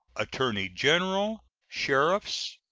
attorney-general, sheriffs,